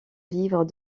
livre